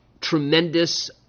tremendous